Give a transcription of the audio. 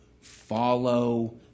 follow